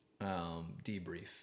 debrief